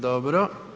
Dobro.